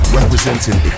representing